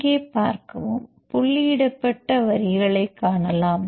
இங்கே பார்க்கவும் புள்ளியிடப்பட்ட வரிகளைக் காணலாம்